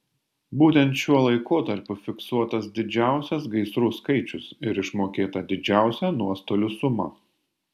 būtent šiuo laikotarpiu fiksuotas didžiausias gaisrų skaičius ir išmokėta didžiausia nuostolių suma